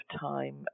time